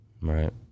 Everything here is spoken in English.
Right